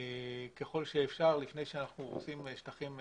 ככל שאפשר לפני שאנחנו הורסים שטחים חקלאיים.